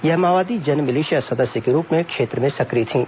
यह माओवादी जनमिलिशिया सदस्य के रूप में क्षेत्र में सक्रिय थीं